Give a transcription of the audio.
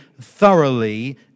thoroughly